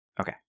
Okay